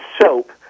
soap